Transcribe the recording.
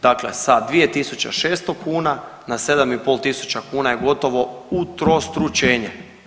Dakle, sa 2.600 kuna na 7.500 kuna je gotovo utrostručenje.